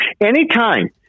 anytime